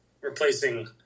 replacing